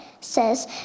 says